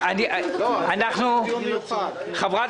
חברת